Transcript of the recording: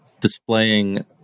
displaying